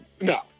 No